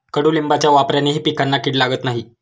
कडुलिंबाच्या वापरानेही पिकांना कीड लागत नाही